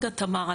תמר,